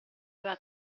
aveva